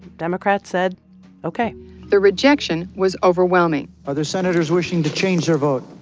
democrats said ok the rejection was overwhelming are there senators wishing to change their vote?